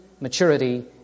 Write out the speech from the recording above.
maturity